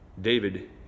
David